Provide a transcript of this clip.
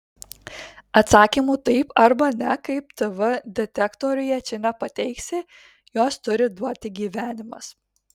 atsakymų taip arba ne kaip tv detektoriuje čia nepateiksi juos turi duoti gyvenimas